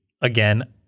again